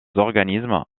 organismes